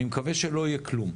אני מקווה שלא יהיה כלום.